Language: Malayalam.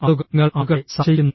ആളുകൾ നിങ്ങൾ ആളുകളെ സംശയിക്കുന്നു